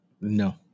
No